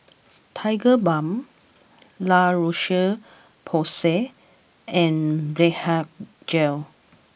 Tigerbalm La Roche Porsay and Blephagel